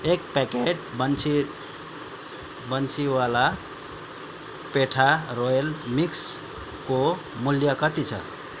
एक प्याकेट बन्सि बन्सिवाला पेठा रोयल मिक्सको मूल्य कति छ